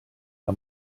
que